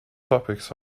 topics